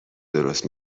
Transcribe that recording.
درست